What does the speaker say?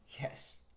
yes